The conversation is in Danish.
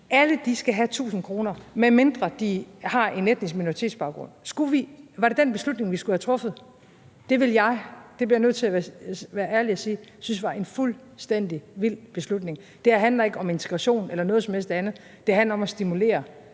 skal have 1.000 kr., medmindre de har en etnisk minoritetsbaggrund? Var det den beslutning, vi skulle have truffet? Det ville jeg, det bliver jeg nødt til at være ærlig og sige, synes var en fuldstændig vild beslutning. Det her handler ikke om integration eller noget som helst andet; det handler om at stimulere